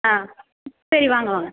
ஆ சரி வாங்க வாங்க